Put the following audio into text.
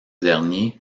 dernier